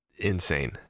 insane